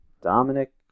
Dominic